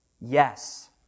yes